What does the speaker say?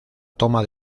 toma